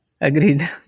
agreed